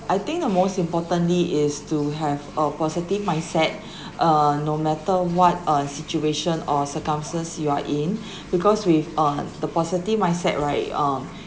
I think the most importantly is to have a positive mindset err no matter what uh situation or circumstances you are in because with uh the positive mindset right um